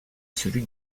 celui